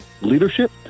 leadership